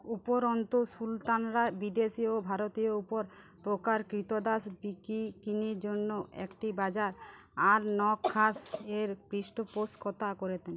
উপরন্তু সুলতানরা বিদেশী ও ভারতীয় উপর প্রকার ক্রীতদাস বিকিকিনির জন্য একটি বাজার আল নখাস এর পৃষ্ঠপোষকতা করেতেন